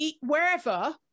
wherever